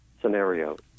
scenarios